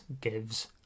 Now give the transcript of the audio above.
gives